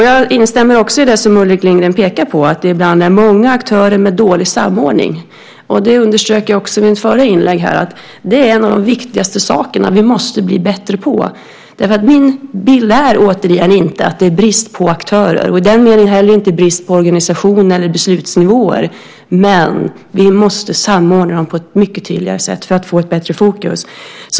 Jag instämmer också när Ulrik Lindgren pekar på att det ibland är många aktörer men dålig samordning. Jag underströk också i mitt förra inlägg att det är en av de viktigaste sakerna vi måste bli bättre på. Återigen, min bild är inte att det är brist på aktörer och i den meningen inte heller brist på organisation eller beslutsnivåer, men vi måste samordna dem på ett mycket tydligare sätt för att få bättre fokus.